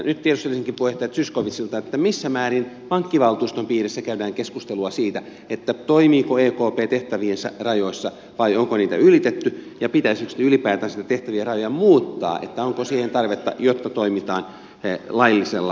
nyt tiedustelisinkin puheenjohtaja zyskowiczilta missä määrin pankkivaltuuston piirissä käydään keskustelua siitä toimiiko ekp tehtäviensä rajoissa vai onko niitä ylitetty ja pitäisikö sitten ylipäätänsä niitä tehtävien rajoja muuttaa onko siihen tarvetta jotta toimitaan laillisella tavalla